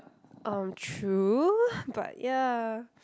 um true but ya